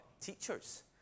teachers